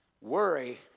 Worry